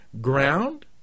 ground